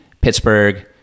Pittsburgh